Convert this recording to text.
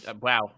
Wow